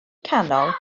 canol